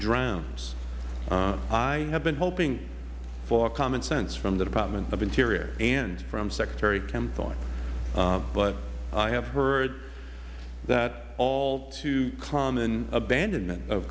drowns i have been hoping for common sense from the department of interior and from secretary kempthorne but i have heard that all too common abandonment of